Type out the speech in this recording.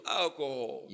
alcohol